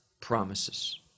promises